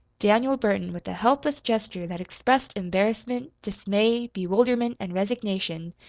daniel burton, with a helpless gesture that expressed embarrassment, dismay, bewilderment, and resignation,